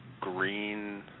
green